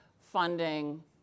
funding